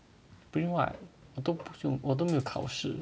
print what 我都不需要我都没有考试